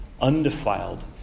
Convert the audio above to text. undefiled